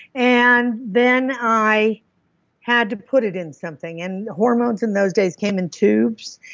and then i had to put it in something. and hormones in those days came in tubes,